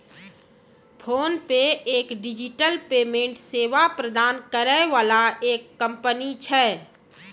PhonePe एक digital payment सेवा प्रदान करै वाला एक कंपनी छै